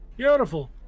beautiful